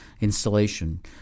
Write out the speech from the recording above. installation